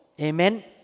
Amen